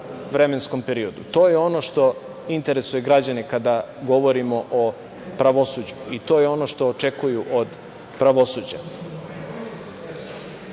vremenskom periodu. To je ono što interesuje građane kada govorimo o pravosuđu i to je ono što očekuju od pravosuđa. Tu